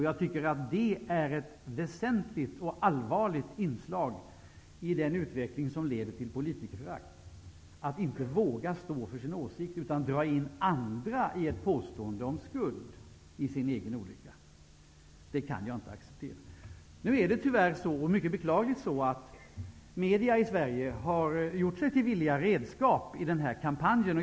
Jag tycker att det är ett väsentligt och allvarligt inslag i den utveckling som leder till politikerförakt -- att inte våga stå för sin åsikt utan dra in andra i ett påstående om skuld i sin egen olycka. Det kan jag inte acceptera. Det är mycket beklagligt att media i Sverige har gjort sig till villiga redskap i den här kampen.